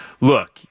look